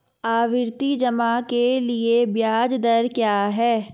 आवर्ती जमा के लिए ब्याज दर क्या है?